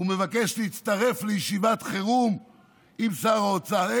ומבקש להצטרף לישיבת חירום עם שר האוצר.